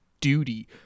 duty